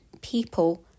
people